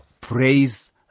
praise